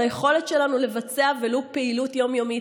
היכולת שלנו לבצע ולו פעילות יום-יומית.